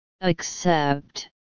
Accept